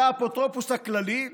לאפוטרופוס הכללי,